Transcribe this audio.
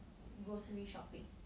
grocery shopping